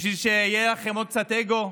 בשביל שיהיה לכם עוד קצת אגו?